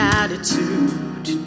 attitude